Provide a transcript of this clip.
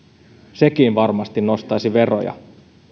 sekin varmasti nostaisi veroja